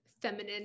feminine